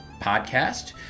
podcast